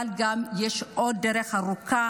אבל יש עוד דרך ארוכה